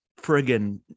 friggin